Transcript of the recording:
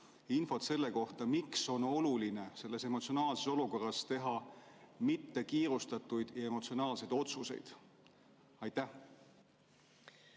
infot selle kohta, miks on oluline selles emotsionaalses olukorras mitte teha kiirustatud ja emotsionaalseid otsuseid. Aitäh